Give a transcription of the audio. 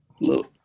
look